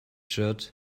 shirt